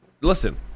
listen